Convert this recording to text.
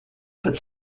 but